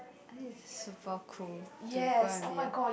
I think is super cool to go and be a